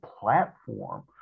platform